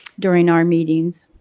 during our meetings.